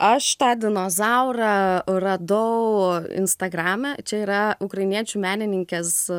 aš tą dinozaurą radau instagrame čia yra ukrainiečių menininkės